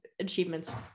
achievements